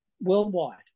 worldwide